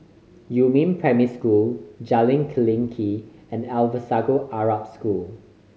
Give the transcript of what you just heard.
Yumin Primary School Jalan Klinik and Alsagoff Arab School